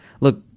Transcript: Look